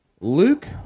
Luke